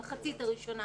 במחצית הראשונה,